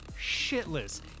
shitless